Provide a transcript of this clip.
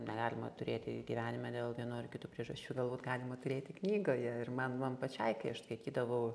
negalima turėti gyvenime dėl vienų ar kitų priežasčių galbūt galima turėti knygoje ir man man pačiai kai aš skaitydavau